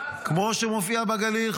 כמו שמופיע בגליל,